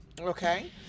okay